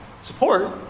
support